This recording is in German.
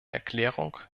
erklärung